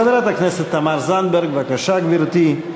חברת הכנסת תמר זנדברג, בבקשה, גברתי.